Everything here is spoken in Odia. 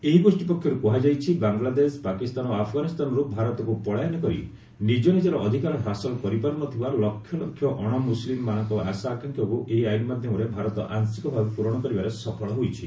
ଏହି ଗୋଷୀ ପକ୍ଷର୍ କୃହାଯାଇଛି ବାଂଲାଦେଶ ପାକିସ୍ତାନ ଓ ଆଫଗାନିସ୍ତାନର୍ ଭାରତକ୍ର ପଳାୟନ କରି ନିଜ ନିଜର ଅଧିକାର ହାସଲ କରିପାରୁ ନ ଥିବା ଲକ୍ଷ ଲକ୍ଷ ଅଶମୁସଲ୍ମାନ ମାନଙ୍କ ଆଶା ଆକାଂକ୍ଷାକୁ ଏହି ଆଇନ ମାଧ୍ୟମରେ ଭାରତ ଆଂଶିକ ଭାବେ ପ୍ରରଣ କରିବାରେ ସଫଳ ହୋଇଛି